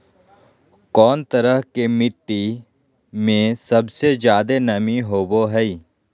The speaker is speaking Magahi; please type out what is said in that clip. कौन तरह के मिट्टी में सबसे जादे नमी होबो हइ?